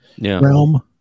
realm